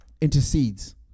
intercedes